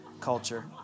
culture